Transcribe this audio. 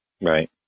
Right